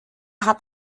hat